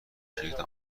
شرکتی